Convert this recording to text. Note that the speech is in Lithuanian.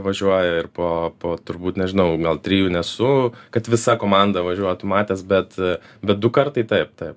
važiuoja ir po po turbūt nežinau gal trijų nesu kad visa komanda važiuotų matęs bet bet du kartai taip taip